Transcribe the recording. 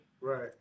Right